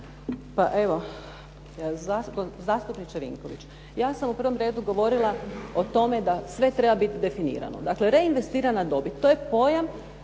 Pa evo, zastupniče Vinković, ja sam u prvom redu govorila o tome da sve treba biti definirano. Dakle, reinvestirana dobit, to je pojam